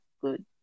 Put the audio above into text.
good